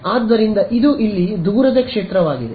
ಆದ್ದರಿಂದ ಇದು ಇಲ್ಲಿ ದೂರದ ಕ್ಷೇತ್ರವಾಗಿದೆ